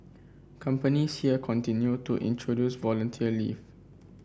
companies here continue to introduce volunteer leave